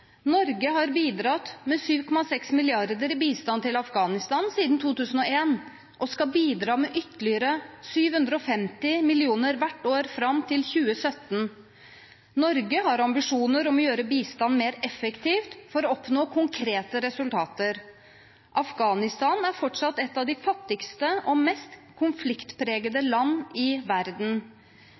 Norge har bidratt med 7,6 mrd. kr i bistand til Afghanistan siden 2001 og skal bidra med ytterligere 750 mill. kr hvert år fram til 2017. Norge har ambisjoner om å gjøre bistanden mer effektiv for å oppnå konkrete resultater. Afghanistan er fortsatt et av de fattigste og mest konfliktpregede land i verden.